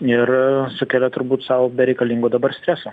ir sukelia turbūt sau bereikalingo dabar streso